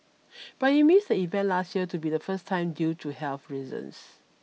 but he missed the event last year to be the first time due to health reasons